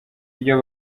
ryo